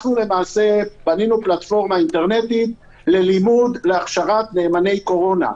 בנינו פלטפורמה אינטרנטית להכשרת "נאמני קורונה".